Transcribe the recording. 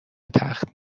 تخت